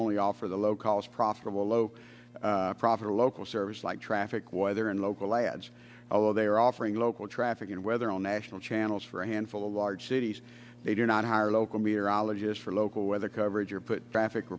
only offer the low cost profitable low proper local service like traffic weather and local lads although they are offering local traffic and weather on national channels for a handful of large cities they do not hire local meteorologists for local weather coverage or put traffic